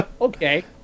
okay